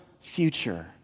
future